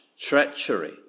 treachery